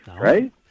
right